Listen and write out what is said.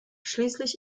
schließlich